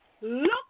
Look